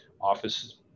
office